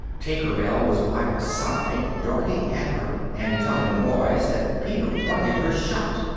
tinker bell was by her side, darting at her, and telling the boys that peter wanted her shot,